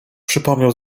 przypomniał